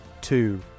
two